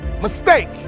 mistake